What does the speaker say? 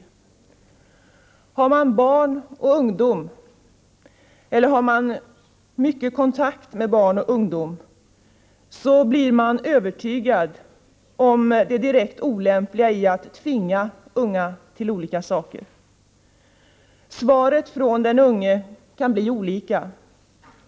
Den som har egna barn och ungdomar eller kontakter med barn och ungdom är övertygad om det direkt olämpliga i att tvinga unga till olika saker. Svaret från den unge kan bli olika.